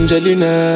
Angelina